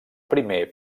primer